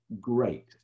great